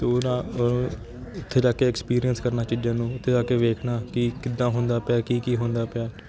ਤਾਂ ਨਾ ਉੱਥੇ ਜਾ ਕੇ ਐਕਸਪੀਰੀਐਂਸ ਕਰਨਾ ਚੀਜ਼ਾਂ ਨੂੰ ਉੱਥੇ ਜਾ ਕੇ ਵੇਖਣਾ ਕਿ ਕਿੱਦਾਂ ਹੁੰਦਾ ਪਿਆ ਕੀ ਕੀ ਹੁੰਦਾ ਪਿਆ